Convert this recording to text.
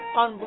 on